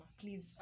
Please